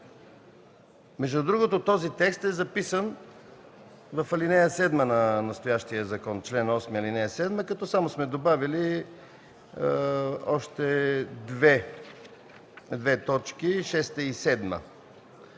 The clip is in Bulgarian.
Между другото, този текст е записан в ал. 7 на настоящия закон – чл. 8, ал. 7, като само сме добавили още две точки –